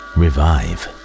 revive